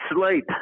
sleep